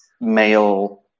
male